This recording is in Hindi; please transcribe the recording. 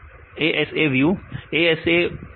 विद्यार्थी ASA व्यू ASA व्यू सही है